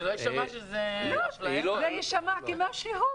שלא יישמע שזה --- זה יישמע כמו שהוא.